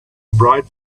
bright